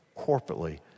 corporately